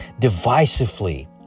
divisively